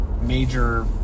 major